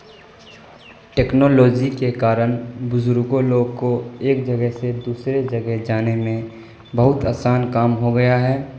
technology کے کارن بزرگوں لوگ کو ایک جگہ سے دوسرے جگہ جانے میں بہت آسان کام ہو گیا ہے